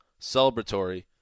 celebratory